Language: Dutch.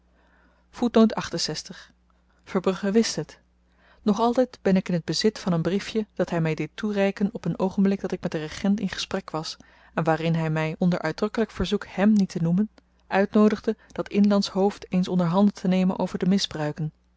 verbrugge wist het nog altyd ben ik in t bezit van een briefje dat hy my deed toereiken op n oogenblik dat ik met den regent in gesprek was en waarin hy my onder uitdrukkelyk verzoek hèm niet te noemen uitnoodigde dat inlandsch hoofd eens onder handen te nemen over de misbruiken